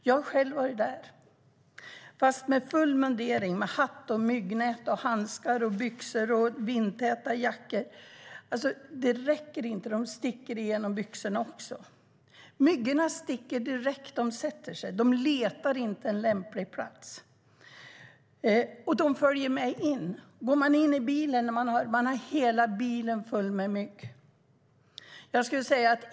Jag har själv varit där i full mundering med hatt med myggnät, handskar, byxor och vindtät jacka. Det räckte inte. Myggorna stack genom byxorna. De sticker direkt när de sätter sig. De letar inte efter en lämplig plats. Myggorna följer med in också. När man sätter sig i bilen får man hela bilen full med myggor.